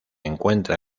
encuentra